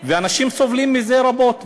ואנשים סובלים מזה רבות.